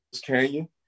Canyon